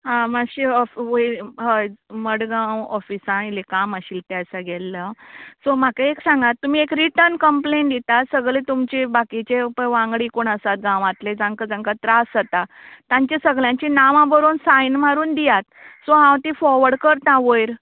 आं मात्शें वयर हय मडगांव ऑफिसान इल्लें काम आशिल्लें त्या दिसा गेल्लें हांव सो म्हाका एक सांगा तुमी एक रीटन कंम्प्लेन दितात सगलें तुमचें बाकीचें पळय वांगडी कोण आसा जावं गांवांतले जांकां जांकां त्रास जाता तांचे सगल्यांची नांवां बरोवन सायन मारून दियात सो हांव ती फोवर्ड करतां वयर